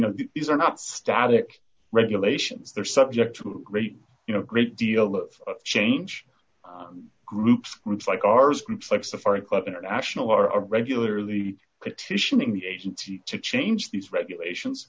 know these are not static regulations they're subject to great you know a great deal of change group groups like ours complex safari club international are regularly petitioning the agency to change these regulations